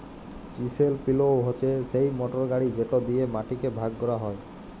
chisel পিলও হছে সেই মটর গাড়ি যেট দিঁয়ে মাটিকে ভাগ ক্যরা হ্যয়